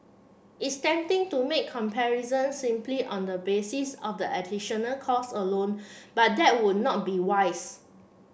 it's tempting to make comparisons simply on the basis of the additional cost alone but that would not be wise